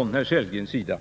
är i dag.